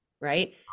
Right